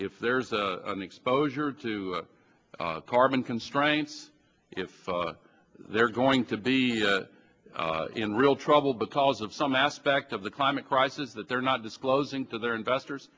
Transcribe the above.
if there's a exposure to carbon constraints if they're going to be in real trouble because of some aspect of the climate crisis that they're not disclosing to their investors